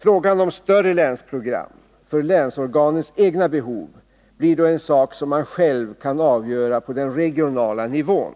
Frågan om större länsprogram för länsorganens egna behov blir då en sak som man själv kan avgöra på den regionala nivån.